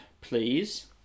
please